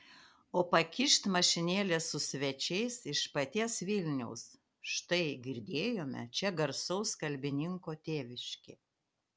o pakyšt mašinėlė su svečiais iš paties vilniaus štai girdėjome čia garsaus kalbininko tėviškė